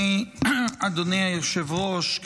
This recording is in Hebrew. אדוני היושב-ראש,